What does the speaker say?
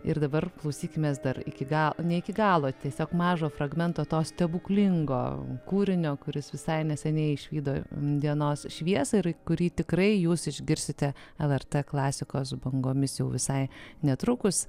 ir dabar klausykimės dar iki ga ne iki galo tiesiog mažo fragmento to stebuklingo kūrinio kuris visai neseniai išvydo dienos šviesą ir kurį tikrai jūs išgirsite lrt klasikos bangomis jau visai netrukus